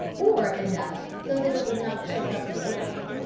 or enough so that it would not choke up the opening.